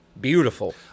beautiful